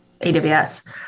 AWS